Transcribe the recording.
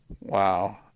Wow